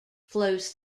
flows